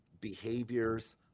behaviors